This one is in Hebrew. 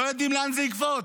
לא יודעים לאן זה יקפוץ.